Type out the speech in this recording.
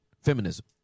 Feminism